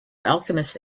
alchemist